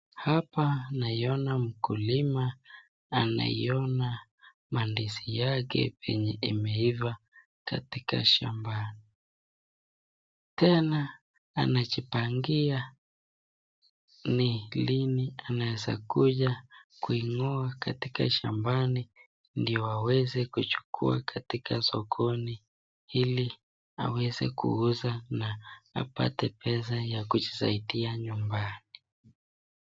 Hapa nainona mkulima anaiona mandizi yake venye imaiva katika shmba yake, tena anajioangia ni lini anaeza kuja kuing'oa katika shambani, ndio aweze kutoa katika sokoni ili awezenkuuza na apate pesa ya kusaidia nyumbani.